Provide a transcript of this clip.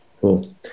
cool